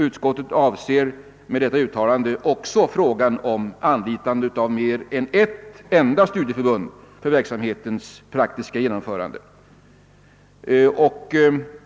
Utskottet avser med detta uttalande också frågan om anlitande av mer än ett enda studieförbund för verksamhetens praktiska genomförande.